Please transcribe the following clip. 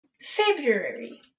February